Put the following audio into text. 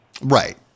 Right